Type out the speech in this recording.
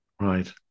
Right